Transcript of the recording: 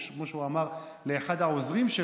כמו שהוא אמר לאחד העוזרים,